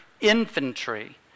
infantry